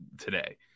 today